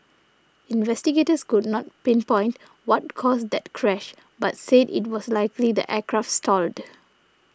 investigators could not pinpoint what caused that crash but said it was likely the aircraft stalled